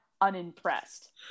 unimpressed